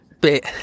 bit